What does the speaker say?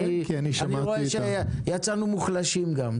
אני רואה שיצאנו מוחלשים גם,